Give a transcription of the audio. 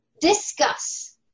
discuss